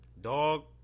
Dog